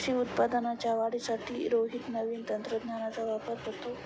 कृषी उत्पादनाच्या वाढीसाठी रोहित नवीन तंत्रज्ञानाचा वापर करतो